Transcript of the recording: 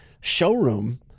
showroom